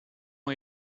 ans